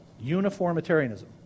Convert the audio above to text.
Uniformitarianism